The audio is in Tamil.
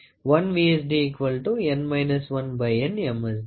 D 1 V